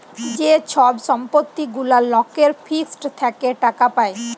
যে ছব সম্পত্তি গুলা লকের ফিক্সড থ্যাকে টাকা পায়